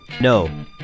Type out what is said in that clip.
No